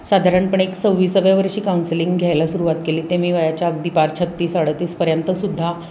साधारणपणे एक सव्वीसाव्या वर्षी काउन्सिलिंग घ्यायला सुरवात केली ते मी वयाच्या अगदी पार छत्तीस अडतीसपर्यंतसुद्धा